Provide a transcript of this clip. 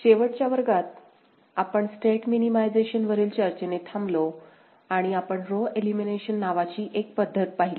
शेवटच्या वर्गात आपण स्टेट मिनिमायझेशन वरील चर्चेने थांबलो आणि आपण रो एलिमिनेशन पद्धत नावाची एक पद्धत पाहिली